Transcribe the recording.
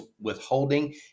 withholding